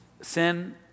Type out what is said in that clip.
sin